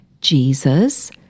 Jesus